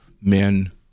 men